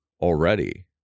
already